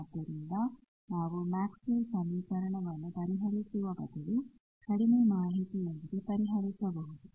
ಆದ್ದರಿಂದ ನಾವು ಮ್ಯಾಕ್ಸ್ವೆಲ್ಲ್ಸ್Maxwells ಸಮೀಕರಣವನ್ನು ಪರಿಹರಿಸುವ ಬದಲು ಕಡಿಮೆ ಮಾಹಿತಿಯೊಂದಿಗೆ ಪರಿಹರಿಸಬಹುದು